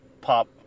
pop